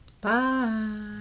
Bye